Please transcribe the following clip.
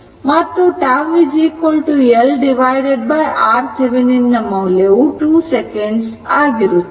15 Ω ಮತ್ತು τ LRThevenin ಮೌಲ್ಯವು 2 second ಆಗಿರುತ್ತದೆ